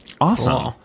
Awesome